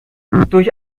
durch